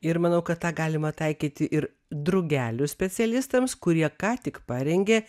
ir manau kad tą galima taikyti ir drugelių specialistams kurie ką tik parengė